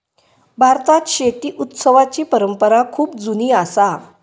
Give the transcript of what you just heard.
भारतात शेती उत्सवाची परंपरा खूप जुनी असा